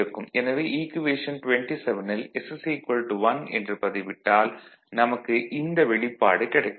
எனவே ஈக்குவேஷன் 27ல் s 1 என்று பதிவிட்டால் நமக்கு இந்த வெளிப்பாடு கிடைக்கும்